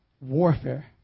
Warfare